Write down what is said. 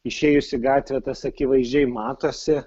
išėjus į gatvę tas akivaizdžiai matosi